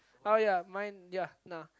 oh ya mine ya nah